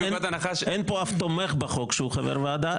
אין פה אף תומך בחוק שהוא חבר ועדה.